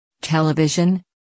television